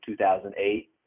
2008